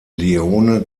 leone